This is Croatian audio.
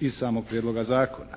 iz samog Prijedloga zakona.